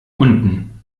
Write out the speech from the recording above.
unten